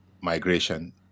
migration